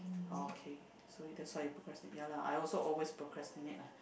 okay so you that's why procrastinate ya lah I also always procrastinate lah